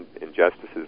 injustices